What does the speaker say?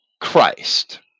Christ